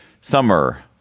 Summer